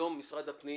היום משרד הפנים